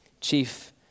chief